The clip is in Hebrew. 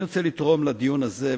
אני רוצה לתרום לדיון הזה,